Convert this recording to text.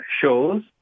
shows